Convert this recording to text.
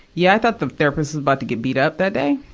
yeah, i thought the therapist was about to get beat up that day.